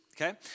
Okay